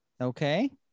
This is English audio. okay